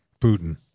Putin